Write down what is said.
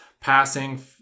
Passing